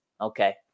okay